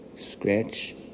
scratch